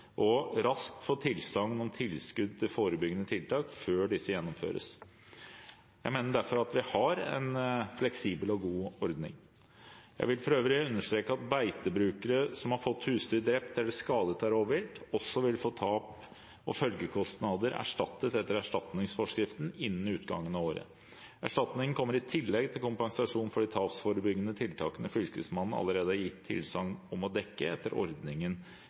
og raskt få tilsagn om tilskudd til forebyggende tiltak før disse gjennomføres. Jeg mener derfor at vi har en fleksibel og god ordning. Jeg vil for øvrig understreke at beitebrukere som har fått husdyr drept eller skadet av rovvilt, også vil få tap og følgekostnader erstattet etter erstatningsforskriften innen utgangen av året. Erstatningen kommer i tillegg til kompensasjon for de tapsforebyggende tiltakene Fylkesmannen allerede har gitt tilsagn om å dekke etter ordningen